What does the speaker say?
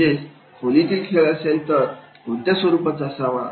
म्हणजे खोलीतील खेळ असेल तर कोणत्या स्वरूपाचा असावा